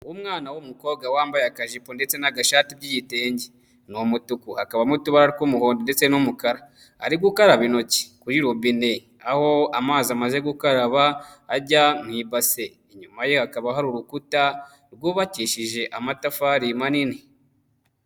Umwana w'umukobwa wambaye akajipo ndetse n'agashati by'igitenge, ni umutuku hakabamo n'utubara tw'umuhondo ndetse n'umukara, ari gukaraba intoki kuri robine, aho amazi amaze gukaraba ajya mu ibase, inyuma ye hakaba hari urukuta rwubakishije amatafari manini.